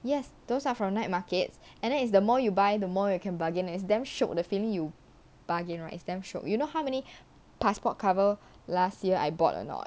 yes those are from night markets and then it's the more you buy the more you can bargain it's damn shiok the feeling you bargain right is damn shiok you know how many passport cover last year I bought or not